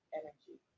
energy